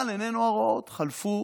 אבל עינינו הרואות, חלפו